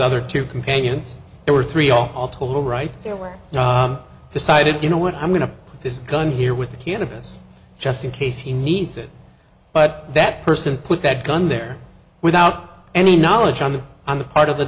other two companions there were three all all total right there were decided you know what i'm going to put this gun here with the cannabis just in case he needs it but that person put that gun there without any knowledge on the on the part of the